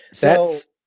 thats